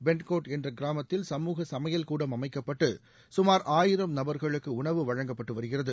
பென்ட்டகோட்ட என்ற கிராமத்தில் சமூக சமையல் கூடம் அமைக்கப்பட்டு கமார் ஆயிரம் நபர்களுக்கு உணவு வழங்கப்பட்டு வருகிறது